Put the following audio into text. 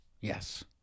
Yes